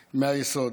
מהיסוד: